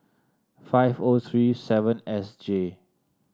five O three seven S J